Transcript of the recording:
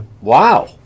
wow